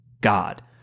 God